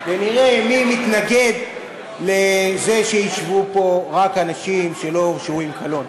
ונראה מי מתנגד לזה שישבו פה רק אנשים שלא הורשעו עם קלון.